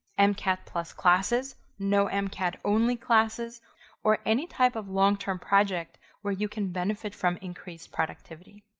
and mcat plus classes, no and mcat only classes or any type of long term project where you can benefit from increased productivity.